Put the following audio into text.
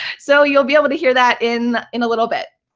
so you'll be able to hear that in in a little bit.